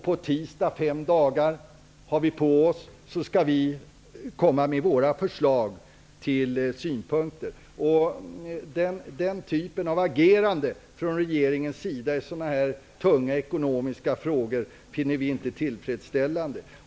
På tisdag, fem dagar har vi alltså på oss, skall vi komma med våra förslag och synpunkter. Den typen av agerande från regeringens sida i tunga ekonomiska frågor finner vi inte tillfredsställande.